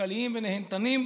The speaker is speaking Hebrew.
כלכליים ונהנתניים